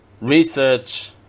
research